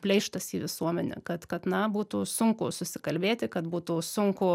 pleištas į visuomenę kad kad na būtų sunku susikalbėti kad būtų sunku